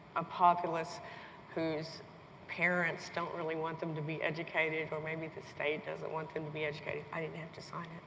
a populace whose parents don't really want them to be educated or maybe the state doesn't want them to be educated. i didn't have to sign